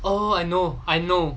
oh I think I know